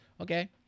okay